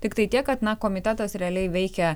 tiktai tiek kad komitetas realiai veikia